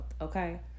okay